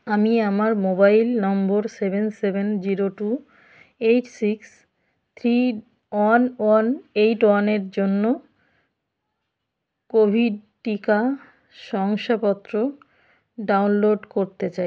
আমি আমার mobile number seven seven zero two eight six three one one eight one এর জন্য Covid টিকা শংসাপত্র ডাউনলোড করতে চাই